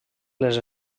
les